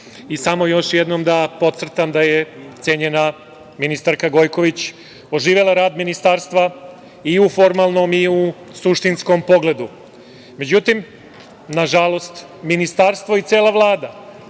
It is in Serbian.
Samo još jednom da potcrtam da je cenjena ministarka Gojković oživela rad Ministarstva i u formalnom i u suštinskom pogledu.Međutim, nažalost, Ministarstvo i cela Vlada,